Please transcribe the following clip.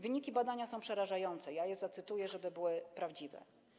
Wyniki badania są przerażające, ja je zacytuję, żeby były prawdziwe: